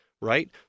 right